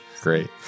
Great